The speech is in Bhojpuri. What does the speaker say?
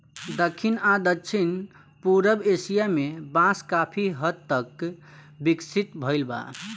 दखिन आ दक्षिण पूरब एशिया में बांस काफी हद तक विकसित भईल बा